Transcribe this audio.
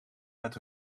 met